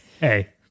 Hey